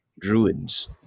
druids